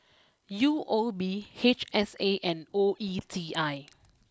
U O B H S A and O E T I